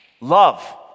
love